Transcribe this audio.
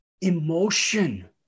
emotion